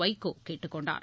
வைகோ கேட்டுக் கொண்டார்